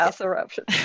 eruption